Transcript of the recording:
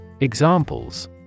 Examples